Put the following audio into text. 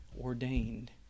ordained